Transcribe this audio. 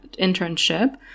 internship